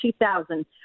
2000